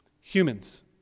humans